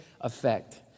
effect